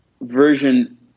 version